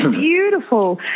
beautiful